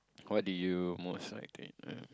what do you most like to eat uh